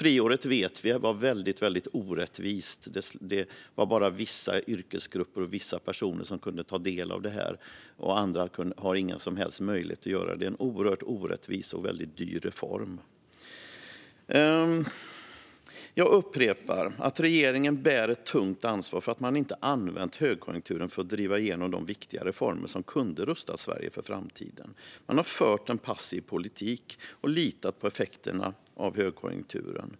Vi vet att friåret var mycket orättvist. Det var bara vissa yrkesgrupper och vissa personer som kunde ta del av det. Andra har inte haft några som helst möjligheter att göra det. Det är en oerhört orättvis och mycket dyr reform. Jag upprepar att regeringen bär ett tungt ansvar för att man inte har använt högkonjunkturen för att driva igenom de viktiga reformer som kunde rusta Sverige för framtiden. Man har fört en passiv politik och litat på effekterna av högkonjunkturen.